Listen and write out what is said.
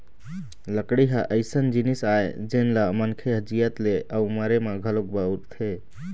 लकड़ी ह अइसन जिनिस आय जेन ल मनखे ह जियत ले अउ मरे म घलोक बउरथे